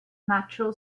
natural